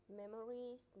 memories